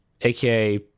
aka